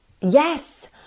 Yes